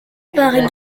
par